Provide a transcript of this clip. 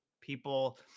people